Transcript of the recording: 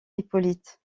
hippolyte